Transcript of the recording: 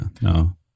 no